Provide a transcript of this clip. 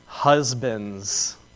Husbands